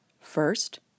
First